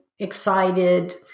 Excited